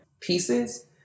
pieces